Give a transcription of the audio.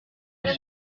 huit